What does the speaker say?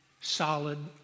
solid